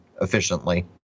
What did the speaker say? efficiently